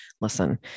listen